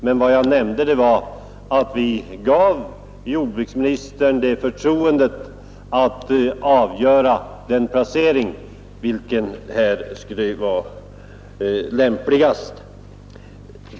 Men vad jag nämnde var att vi gav jordbruksministern förtroendet att avgöra placeringen av en ny lantbruksbevakning.